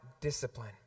discipline